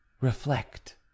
reflect